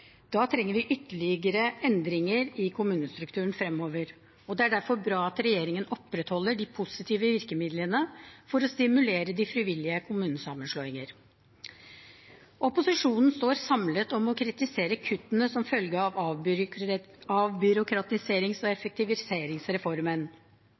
Da trenger vi ytterligere endringer i kommunestrukturen fremover, og det er derfor bra at regjeringen opprettholder de positive virkemidlene for å stimulere til frivillige kommunesammenslåinger. Opposisjonen står samlet om å kritisere kuttene som følge av avbyråkratiserings- og